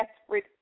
desperate